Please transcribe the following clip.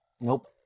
Nope